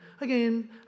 again